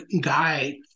guide